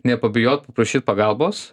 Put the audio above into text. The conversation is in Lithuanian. nepabijot prašyt pagalbos